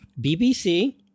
BBC